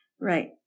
Right